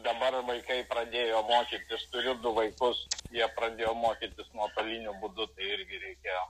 dabar vaikai pradėjo mokytis turiu du vaikus jie pradėjo mokytis nuotoliniu būdu tai irgi reikėjo